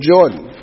Jordan